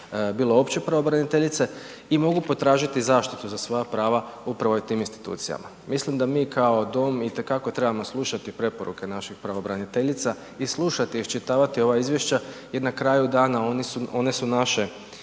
bilo opće pravobraniteljice i mogu potražiti zaštitu za svoja prava upravo u tim institucijama. Mislim da mi kao dom itekako trebamo slušati preporuke naših pravobraniteljica i slušati i isčitavati ova izvješća i na kraju dana one su naše,